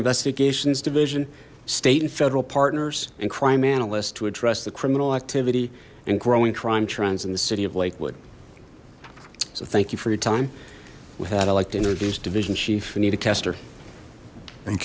investigations division state and federal partners and crime analysts to address the criminal activity and growing crime trends in the city of lakewood so thank you for your time we've had i like to introduce division chief we need a tester